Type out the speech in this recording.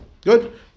good